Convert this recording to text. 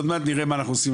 עוד מעט נראה מה אנחנו עושים,